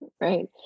right